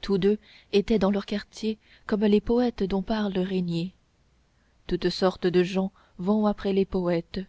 tous deux étaient dans leur quartier comme les poètes dont parle régnier toutes sortes de gens vont après les poètes